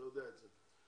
אתה יודע את זה,